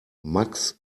max